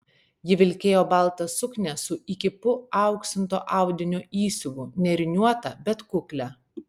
ji vilkėjo baltą suknią su įkypu auksinto audinio įsiuvu nėriniuotą bet kuklią